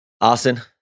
Austin